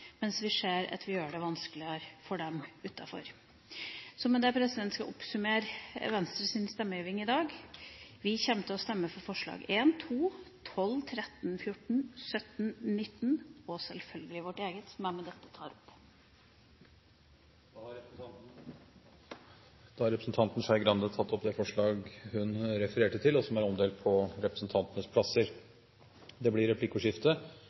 mens vi ser at vi gjør det vanskeligere for dem utenfor. Så med det skal jeg oppsummere Venstres stemmegivning i dag. Vi kommer til å stemme for forslagene nr. 1, 2, 12, 13, 14, 17, 19 – og selvfølgelig vårt eget, som jeg med dette tar opp. Da har representanten Trine Skei Grande tatt opp det forslaget hun refererte til, og som er omdelt på representantenes plasser. Det blir replikkordskifte.